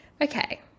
Okay